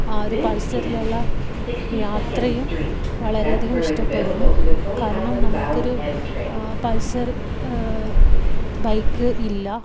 ആ ഒരു പൾസറിലുള്ള യാത്രയും വളരെയധികം ഇഷ്ടപ്പെടുന്നു കാരണം നമ്മൾക്കൊരു പൾസർ ബൈക്ക് ഇല്ല